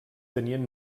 tenien